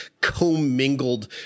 commingled